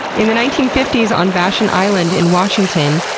in the nineteen fifty s on vashon island in washington,